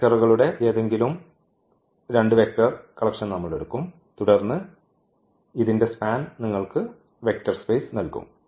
വെക്റ്ററുകളുടെ ഏതെങ്കിലും രണ്ട് വെക്റ്റർ കളക്ഷൻ നമ്മൾ എടുക്കും തുടർന്ന് ഇതിന്റെ സ്പാൻ നിങ്ങൾക്ക് വെക്റ്റർ സ്പേസ് നൽകും